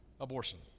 Abortion